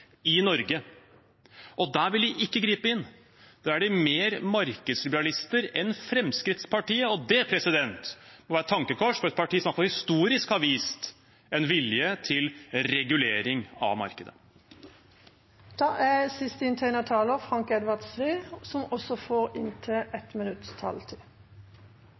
i Norge. Der vil de ikke gripe inn. Der er de mer markedsliberalister enn Fremskrittspartiet. Det må være et tankekors for et parti som i hvert fall historisk har vist en vilje til regulering av markedet. Representanten Frank Edvard Sve har også hatt ordet to ganger tidligere og får